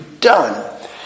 done